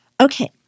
Okay